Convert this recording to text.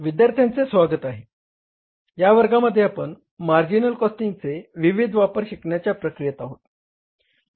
विद्यार्थ्यांचे स्वागत आहे या वर्गांमध्ये आपण मार्जिनल कॉस्टिंगचे विविध वापर शिकण्याच्या प्रक्रियेत आहोत